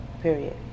period